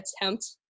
attempt